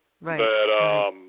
right